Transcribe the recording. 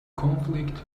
conflict